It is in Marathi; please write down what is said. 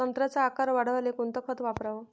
संत्र्याचा आकार वाढवाले कोणतं खत वापराव?